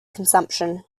consumption